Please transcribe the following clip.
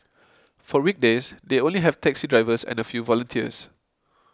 for weekdays they only have taxi drivers and a few volunteers